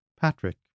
Patrick